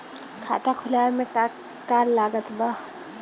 खाता खुलावे मे का का लागत बा?